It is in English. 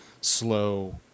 slow